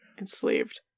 enslaved